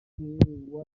gihugu